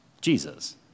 Jesus